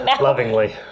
lovingly